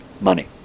money